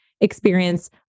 experience